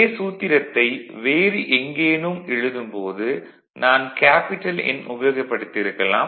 இதே சூத்திரத்தை வேறு எங்கேனும் எழுதும் போது நான் கேபிடல் N உபயோகப்படுத்தி இருக்கலாம்